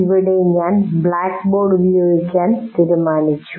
ഇവിടെ ഞങ്ങൾ ബ്ലാക്ക്ബോർഡ് ഉപയോഗിക്കാൻ തീരുമാനിച്ചു